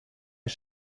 est